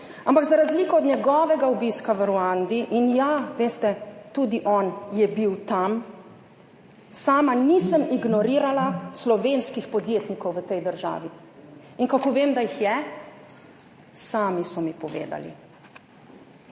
ampak za razliko od njegovega obiska v Ruandi – in ja, veste, tudi on je bil tam – sama nisem ignorirala slovenskih podjetnikov v tej državi. In kako vem, da jih je? Sami so mi povedali.